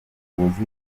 ubuyobozi